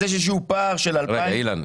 אז יש איזשהו פער של 2,000. רגע רגע אילן,